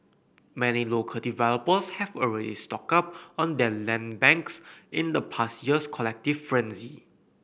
many local developers have already stocked up on their land banks in the past year's collective frenzy